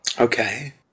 Okay